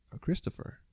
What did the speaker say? Christopher